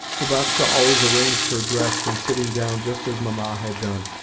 lubotshka always arranged her dress when sitting down just as mamma had done,